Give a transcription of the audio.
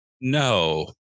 No